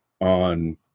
on